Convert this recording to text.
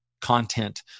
content